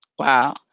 Wow